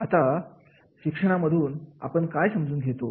आता प्रशिक्षणा मधून आपण काय समजून घेतो